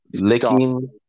Licking